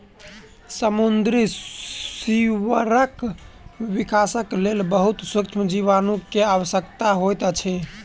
समुद्री सीवरक विकासक लेल बहुत सुक्ष्म जीवाणु के आवश्यकता होइत अछि